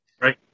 Right